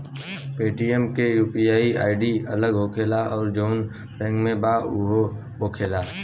Paytm के UPI ID अलग होखेला की जाऊन बैंक के बा उहे होखेला?